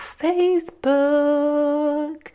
Facebook